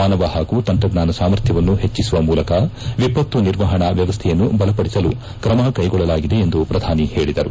ಮಾನವ ಹಾಗೂ ತಂತ್ರಜ್ಞಾನ ಸಾಮರ್ಥ್ಯವನ್ನು ಪೆಚ್ಚಿಸುವ ಮೂಲಕ ವಿಪತ್ತು ನಿರ್ವಹಣಾ ವ್ಯವಸ್ಥೆಯನ್ನು ಬಲಪಡಿಸಲು ಕ್ರಮಕೈಗೊಳ್ಳಲಾಗಿದೆ ಎಂದು ಪ್ರಧಾನಿ ಹೇಳಿದರು